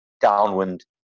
downwind